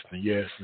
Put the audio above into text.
yes